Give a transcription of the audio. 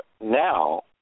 now